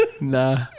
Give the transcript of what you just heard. Nah